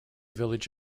village